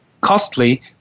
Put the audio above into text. costly